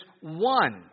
one